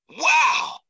Wow